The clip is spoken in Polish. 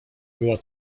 była